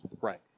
right